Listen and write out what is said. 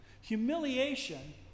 Humiliation